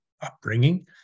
upbringing